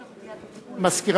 בבקשה.